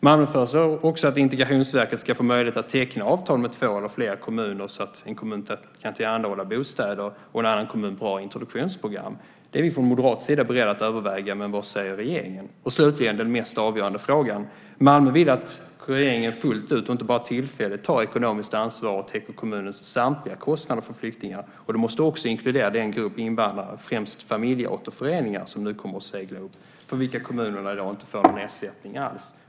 Malmö föreslår också att Integrationsverket ska få möjlighet att teckna avtal med två eller flera kommuner så att en kommun kan tillhandahålla bostäder och en annan kommun bra introduktionsprogram. Det är vi från moderat sida beredda att överväga. Men vad säger regeringen? Och slutligen den mest avgörande frågan: Malmö vill att regeringen fullt ut, och inte bara tillfälligt, tar ekonomiskt ansvar och täcker kommunens samtliga kostnader för flyktingar. Det måste också inkludera den grupp invandrare, främst familjeåterföreningar, som nu kommer att segla upp och för vilka kommunerna i dag inte får någon ersättning alls.